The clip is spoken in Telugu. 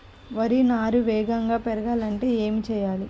వరి నారు వేగంగా పెరగాలంటే ఏమి చెయ్యాలి?